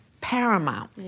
paramount